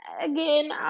again